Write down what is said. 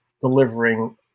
delivering